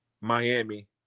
Miami